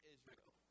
Israel